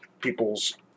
people's